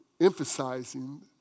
emphasizing